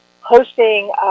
hosting